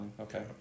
okay